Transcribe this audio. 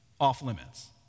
off-limits